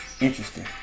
Interesting